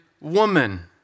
woman